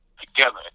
together